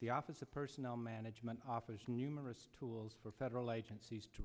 the office of personnel management office numerous tools for federal agencies to